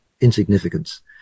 insignificance